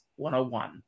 101